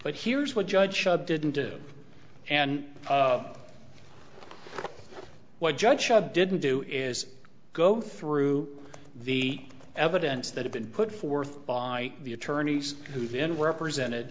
but here's what judge didn't do and what judge shot didn't do is go through the evidence that have been put forth by the attorneys who then represented